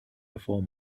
before